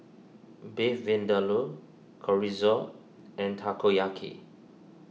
Beef Vindaloo Chorizo and Takoyaki